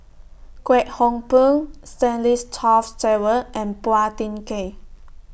Kwek Hong Png Stanley Toft Stewart and Phua Thin Kiay